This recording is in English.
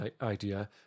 idea